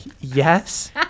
Yes